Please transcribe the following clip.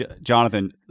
Jonathan